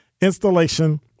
Installation